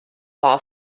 law